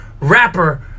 rapper